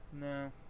No